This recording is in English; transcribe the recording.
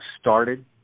started